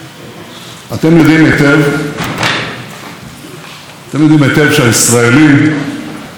שהישראלים מסתערים על הדלפקים בנתב"ג במספרים עצומים.